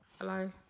Hello